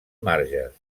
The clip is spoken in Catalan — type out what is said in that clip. marges